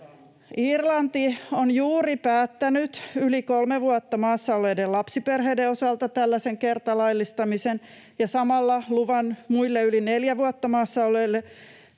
Irlanti on juuri päättänyt yli kolme vuotta maassa olleiden lapsiperheiden osalta tällaisen kertalaillistamisen ja samalla luvan siihen oleskelulupaperusteeseen muille